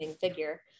figure